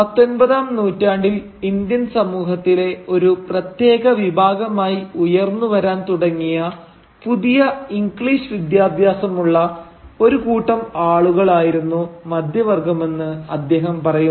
പത്തൊമ്പതാം നൂറ്റാണ്ടിൽ ഇന്ത്യൻ സമൂഹത്തിലെ ഒരു പ്രത്യേക വിഭാഗമായി ഉയർന്നു വരാൻ തുടങ്ങിയ പുതിയ ഇംഗ്ലീഷ് വിദ്യാഭ്യാസമുള്ള ഒരു കൂട്ടം ആളുകൾ ആയിരുന്നു മധ്യവർഗ്ഗമെന്ന് അദ്ദേഹം പറയുന്നു